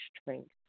strength